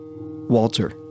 Walter